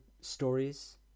stories